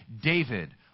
David